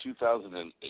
2008